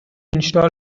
install